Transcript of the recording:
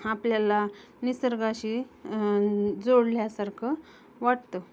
आपल्याला निसर्गाशी जोडल्यासारखं वाटतं